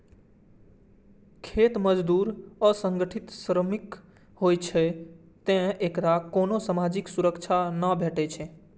खेत मजदूर असंगठित श्रमिक होइ छै, तें एकरा कोनो सामाजिक सुरक्षा नै भेटै छै